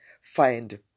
find